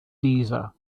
deezer